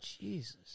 Jesus